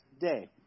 day